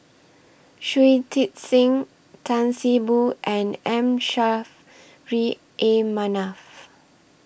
Shui Tit Sing Tan See Boo and M Saffri A Manaf